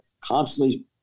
constantly